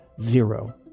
zero